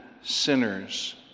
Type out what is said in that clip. sinners